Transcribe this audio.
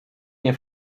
nie